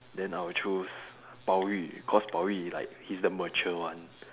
then I would choose bao-yu cause bao-yu he like he's the mature one